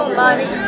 money